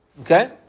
Okay